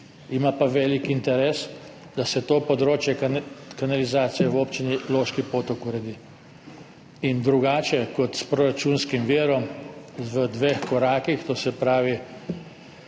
Ima pa velik interes, da se to področje kanalizacije v Občini Loški Potok uredi. In drugače kot s proračunskim virom v dveh korakih, to se pravi